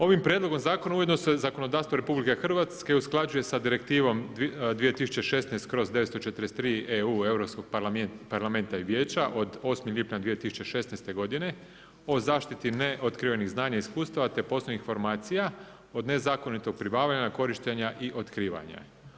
Ovim prijedlogom zakona ujedno se zakonodavstvo Republike Hrvatske usklađuje sa direktivom 2016/943 EU Europskog Parlamenta i Vijeća od 8. lipnja 2016. godine o zaštiti neotkrivenih znanja i iskustava te poslovnih informacija od nezakonitog pribavljanja korištenja i otkrivanja.